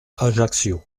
ajaccio